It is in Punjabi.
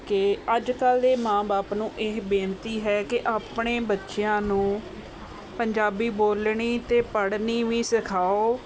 ਕਿ ਅੱਜ ਕੱਲ੍ਹ ਦੇ ਮਾਂ ਬਾਪ ਨੂੰ ਇਹ ਬੇਨਤੀ ਹੈ ਕਿ ਆਪਣੇ ਬੱਚਿਆਂ ਨੂੰ ਪੰਜਾਬੀ ਬੋਲਣੀ ਅਤੇ ਪੜ੍ਹਨੀ ਵੀ ਸਿਖਾਓ